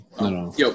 Yo